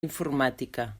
informàtica